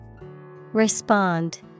Respond